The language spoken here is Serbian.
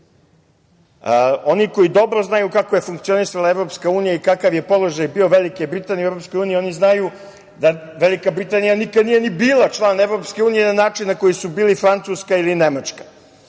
Oni koji dobro znaju kako je funkcionisala EU i kakav je položaj bio Velike Britanije u EU oni znaju da Velika Britanija nikada nije ni bila član EU na način na koje su bile Francuska ili Nemačka.